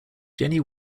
jenny